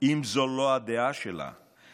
אם זו לא הדעה שלה,